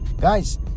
Guys